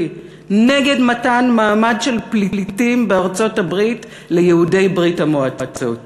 נגד מתן מעמד של פליטים בארצות-הברית ליהודי ברית-המועצות.